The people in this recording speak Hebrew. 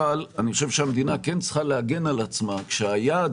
אבל אני חושב שהמדינה כן צריכה להגן על עצמה כשהיעד